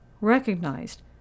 recognized